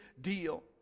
deal